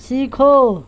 सीखो